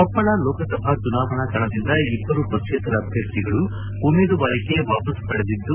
ಕೊಪ್ಪಳ ಲೋಕಸಭಾ ಚುನಾವಣಾ ಕಣದಿಂದ ಇಬ್ಬರು ಪಕ್ಷೇತರ ಅಭ್ಯರ್ಥಿಗಳು ಉಮೇದುವಾರಿಕೆ ವಾಪಸ್ ಪಡೆದಿದ್ದು